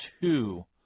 two